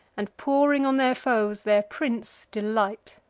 and, pouring on their foes, their prince delight.